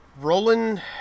Roland